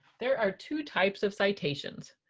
there are two types of citations.